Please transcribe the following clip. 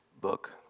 book